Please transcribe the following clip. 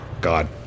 God